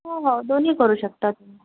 हो हो दोन्ही करू शकता